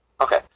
Okay